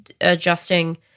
adjusting